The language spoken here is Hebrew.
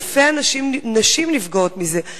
אלפי נשים נפגעות מזה,